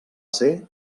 ser